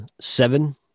seven